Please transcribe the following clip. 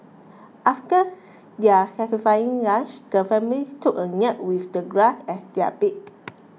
after their satisfying lunch the family took a nap with the grass as their bed